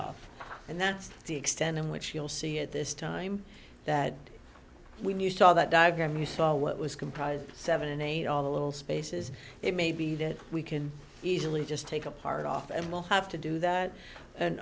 off and that's the extent in which you'll see it this time that we knew saw that diagram you saw what was comprised seventy eight all the little spaces it may be that we can easily just take a part off and we'll have to do that and